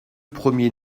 premiers